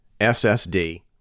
SSD